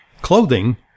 clothing